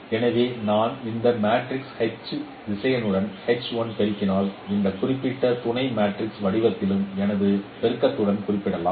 எனவே நான் இந்த மேட்ரிக்ஸ் H திசையனுடன் பெருக்கினால் இந்த குறிப்பிட்ட துணை மேட்ரிக்ஸ் வடிவத்திலும் எனது பெருக்கத்துடன் குறிப்பிடலாம்